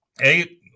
Eight